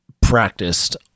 practiced